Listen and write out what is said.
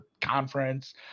conference